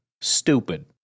Stupid